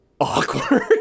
awkward